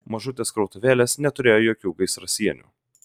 mažutės krautuvėlės neturėjo jokių gaisrasienių